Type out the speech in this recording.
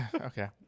Okay